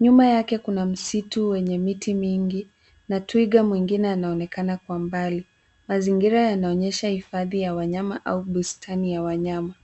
Nyuma yake kuna msitu wenye miti mingi na twiga mwingine anaonekana kwa mbali. Mazingira yanaonyesha hifadhi ya wanyama au bustani ya wanyama.